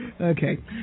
Okay